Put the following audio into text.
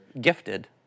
gifted